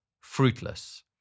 fruitless